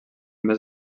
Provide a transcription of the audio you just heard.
més